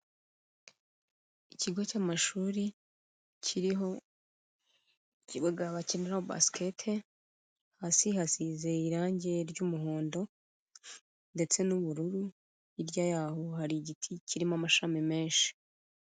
Ikigo cy'amashuri kiriho ikibuga bakiniraho basket, hasi hasize irange ry'umuhondo ndetse n'ubururu, hirya yaho hari igiti kirimo amashami menshi.